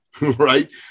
Right